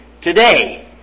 today